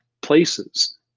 places